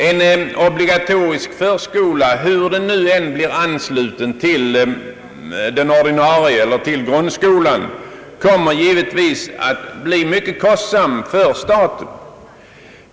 En obligatorisk förskola, hur den nu än blir ansluten till grundskolan, kommer givetvis att bli mycket kostsam för staten.